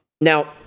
Now